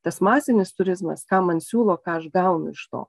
tas masinis turizmas ką man siūlo ką aš gaunu iš to